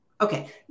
okay